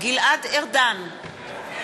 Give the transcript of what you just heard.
גלעד ארדן,